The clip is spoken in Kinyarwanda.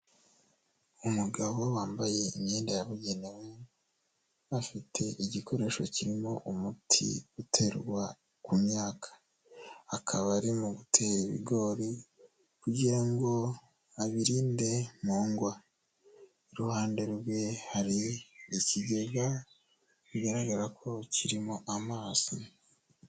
Umugabo wambaye imyenda yabugenewe, afite igikoresho kirimo umuti uterwa ku myaka, akaba ari mu gutera ibigori, kugira ngo abirinde nkwogwa, iruhande rwe hari ikigega bigaragara ko kirimo amazi.